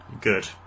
Good